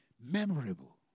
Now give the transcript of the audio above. memorable